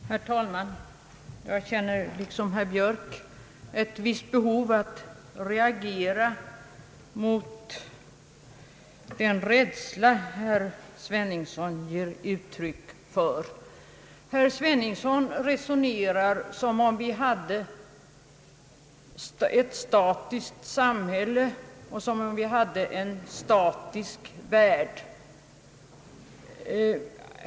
Herr talman! Jag känner liksom herr Björk ett visst behov av att reagera mot den rädsla som herr Sveningsson ger uttryck för. Herr Sveningsson resonerar som om vi hade ett statiskt samhälle och som om vi levde i en statisk värld.